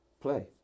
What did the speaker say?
play